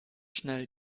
schnell